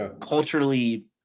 culturally